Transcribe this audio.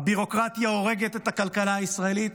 הביורוקרטיה הורגת את הכלכלה הישראלית.